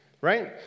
Right